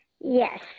Yes